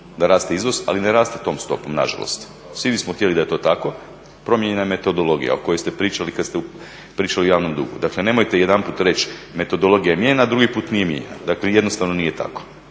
da raste izvoz, ali ne raste tom stopom nažalost. Svi bismo htjeli da je to tako. Promijenjena je metodologija o kojoj ste pričali kad ste pričali o javnom dugu. Dakle nemojte jedanput reći metodologija je mijenjana, drugi put nije mijenjana. Dakle jednostavno nije tako.